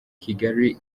kigali